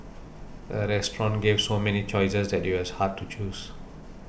the restaurant gave so many choices that it was hard to choose